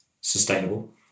sustainable